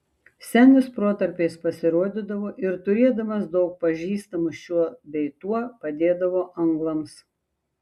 senis protarpiais pasirodydavo ir turėdamas daug pažįstamų šiuo bei tuo padėdavo anglams